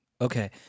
okay